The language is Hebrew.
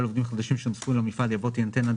במקום "בחמש השנים" יבוא "בשבע השנים".